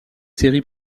séries